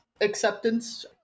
acceptance